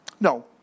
No